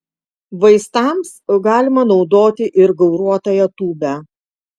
vaistams galima naudoti ir gauruotąją tūbę